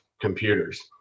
computers